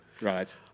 Right